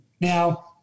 Now